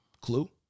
clue